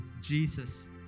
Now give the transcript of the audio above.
Jesus